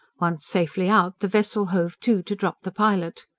once safely out, the vessel hove to to drop the pilot.